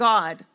God